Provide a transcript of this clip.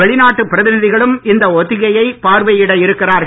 வெளிநாட்டுப் பிரதிநிதிகளும் இந்த ஒத்திகையைப் பார்வையிட இருக்கிறார்கள்